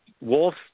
Wolf